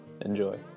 Enjoy